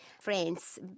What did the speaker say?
friends